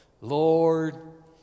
Lord